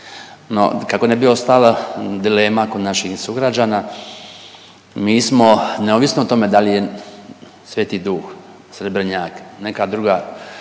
kako ne bi ostala dilema kod naših sugrađana mi smo neovisno o tome da li je Sveti Duh, Srebrnjak, neka druga